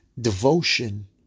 devotion